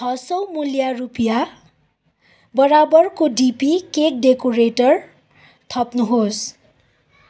छ सौ मूल्य रुपियाँ बराबरको डिपी केक डेकोरेटर थप्नुहोस्